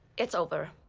it's over.